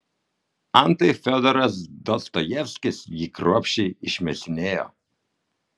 antai fiodoras dostojevskis jį kruopščiai išmėsinėjo